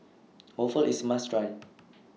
Waffle IS must Try